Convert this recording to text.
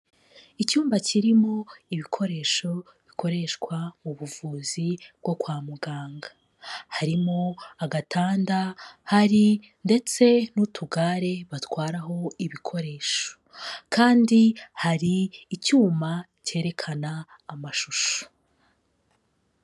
Icyumba kirimo ibikoresho bikoreshwa mu buvuzi bwo kwa muganga. Harimo agatanda, hari ndetse n'utugare batwaraho ibikoresho. Kandi hari icyuma cyerekana amashusho.